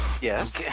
Yes